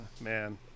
man